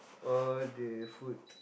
all the food